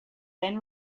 then